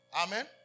Amen